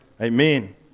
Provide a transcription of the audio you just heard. Amen